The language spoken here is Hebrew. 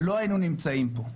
לא היינו נמצאים פה.